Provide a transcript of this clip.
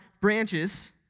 branches